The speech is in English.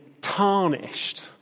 tarnished